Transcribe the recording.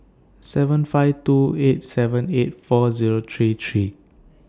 seven five two eight seven eight four Zero three three